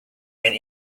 and